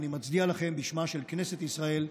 אני מצדיע לכם בשמה של כנסת ישראל.